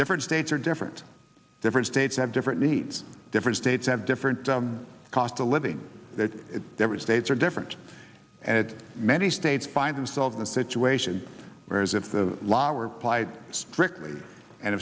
different states are different different states have different needs different states have different cost of living that every states are different and it many states find themselves in a situation where as if the law our plight strictly and